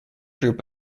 group